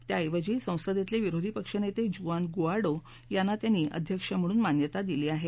त्याऐवजी संसदेतले विरोधी पक्षनेते जुआन गुआइडो यांना त्यांनी अध्यक्ष म्हणून मान्यता दिली आहे